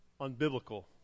unbiblical